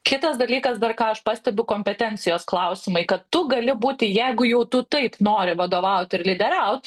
kitas dalykas dar ką aš pastebiu kompetencijos klausimai kad tu gali būti jeigu jau tu taip nori vadovaut ir lyderiaut